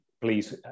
Please